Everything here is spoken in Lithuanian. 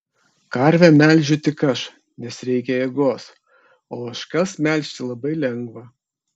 karvę melžiu tik aš nes reikia jėgos o ožkas melžti labai lengva